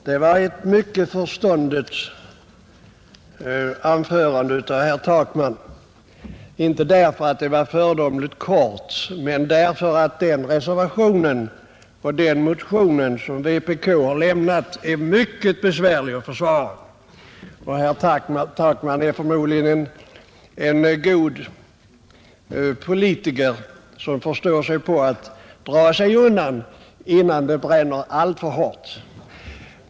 Det var ett mycket förståndigt anförande av herr Takman, inte enbart därför att det var föredömligt kort men därför att den reservation och den motion som vpk har avlämnat är mycket besvärliga att försvara, Herr Takman är förmodligen en god politiker som förstår att dra sig undan innan det bränner allt för hårt.